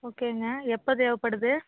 ஓகேங்க எப்போ தேவைப்படுது